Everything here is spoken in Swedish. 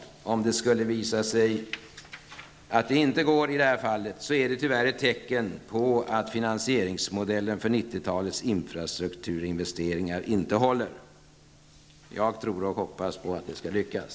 Om det i detta fall skulle visa sig att det inte går är det tyvärr ett tecken på att finansieringsmodellen för 90-talets infrastrukturinvesteringar inte håller. Jag tror och hoppas att det skall lyckas.